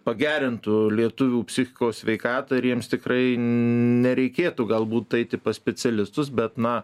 pagerintų lietuvių psichikos sveikatą ir jiems tikrai nereikėtų galbūt eiti pas specialistus bet na